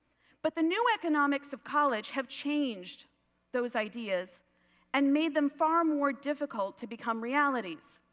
but the new economics of college have changed those ideas and made them far more difficult to become realities.